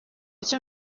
icyo